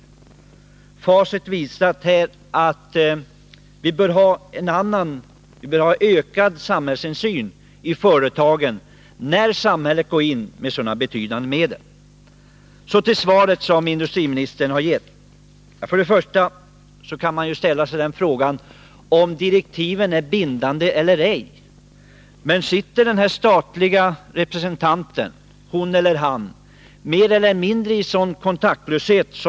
Facit visar att vi bör ha en ökad samhällsinsyn i företagen, när samhället går in med så betydande belopp. Så till svaret som industriministern har givit. Man kan naturligtvis fråga sig om direktiven är bindande eller ej.